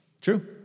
True